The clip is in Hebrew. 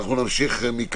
בלי לגרוע מהזכות של האחרים.